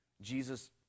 Jesus